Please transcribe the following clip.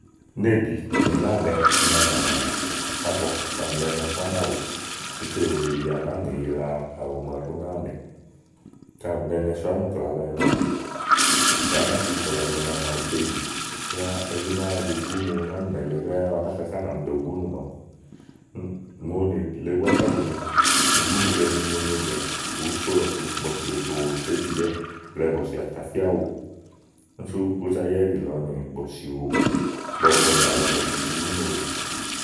néèbi nì náánɛ na nyàmà ábua kaɖi ù nɛ nɛso ánàwù ikle wèe yìi à nàáa nì yila àwù màaɖu ú náa nèè kaɖi ù nɛ anɛ so ánùklà lɔ ina, ka á nà tu ùklàlɔ ína màawu tebì, yá elí ú náa za gúnu ánìnɛ̀ lèe ɖɛ́ɛ́ ɔwɛ náka ká nàmi ɖè ugúnù màawu. Mòonì bule ká búá bù nyo, ugúnu le nonyobìà ùú so lɔ̀ku, bɔ̀sì òtòwò sò íbìyɛ́ blɛ̀ɛ bɔ̀sì àtàfíá wo sú kózá ya íɖì lɔ nì bɔ̀sì owò ígbɔ ùŋònì àlɔ̀ɔ, bɔ̀sì zìi ú no wò.